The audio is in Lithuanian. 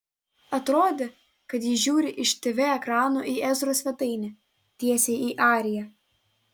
atrodė kad ji žiūri iš tv ekrano į ezros svetainę tiesiai į ariją